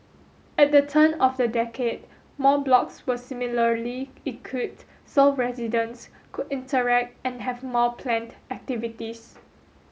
at the turn of the decade more blocks were similarly equipped so residents could interact and have more planned activities